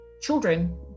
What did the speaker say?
children